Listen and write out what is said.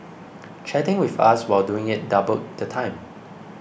chatting with us while doing it doubled the time